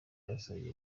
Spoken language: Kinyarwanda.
yasabye